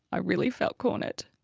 i really felt cornered,